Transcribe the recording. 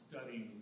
studying